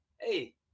hey